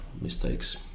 mistakes